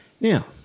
Now